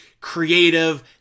creative